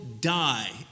die